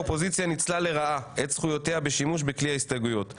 האופוזיציה ניצלה לרעה את זכויותיה בשימוש בכלי ההסתייגויות.